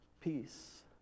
peace